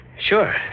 Sure